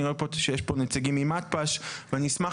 אני אומר פה שיש פה נציגים ממתפ"ש ואני אשמח